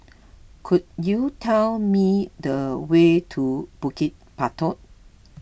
could you tell me the way to Bukit Batok